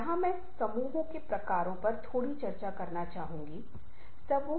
वह कुछ ऐसा है जिसकी शायद थोड़ी और जांच की जरूरत है